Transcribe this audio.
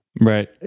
Right